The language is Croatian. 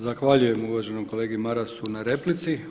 Zahvaljujem uvaženom kolegi Marasu na replici.